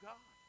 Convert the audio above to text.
God